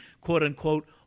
quote-unquote